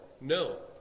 no